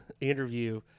interview